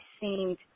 seemed